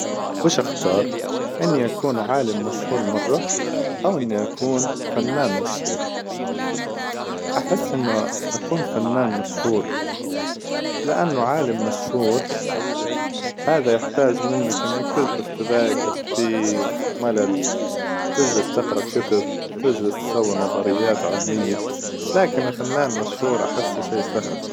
وش اختار إني أكون عالم مشهور مرة أو إني أكون فنان مشهور؟ أحس إنو أكون فنان مشهور، لأنه عالم مشهور هذا يحتاج منك إنك تجلس تذاكر كثير، وملل، وتجلس تقرأ كتب، وتجلس تسوي نظريات علمية، لكن فنان مشهور أحسه شي سهل.